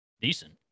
decent